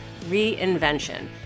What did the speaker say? reinvention